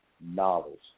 knowledge